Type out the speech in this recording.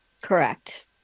Correct